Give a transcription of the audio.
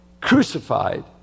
crucified